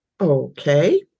Okay